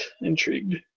intrigued